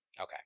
Okay